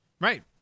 Right